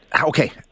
Okay